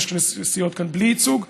יש סיעות בלי ייצוג כאן.